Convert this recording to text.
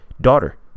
Daughter